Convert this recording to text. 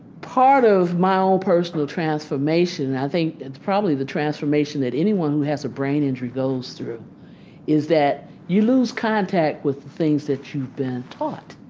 part of my own personal transformation i think it's probably the transformation that anyone who has a brain injury goes through is that you lose contact with the things that you've been taught